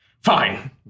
Fine